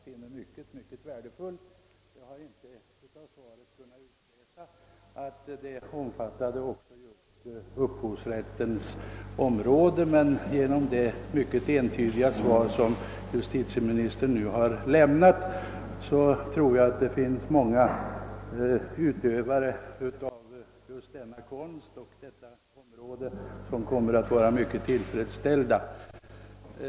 Herr talman! Jag tackar justitieministern för denna komplettering som jag finner utomordentligt värdefull. Jag har av svaret inte kunnat utläsa att remissen omfattade även upphovsrättens brukskonstområde, men efter det entydiga besked som justitieministern nu har lämnat tror jag att många utövare av brukskonsten kommer att vara mycket tillfredsställda.